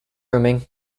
grooming